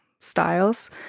styles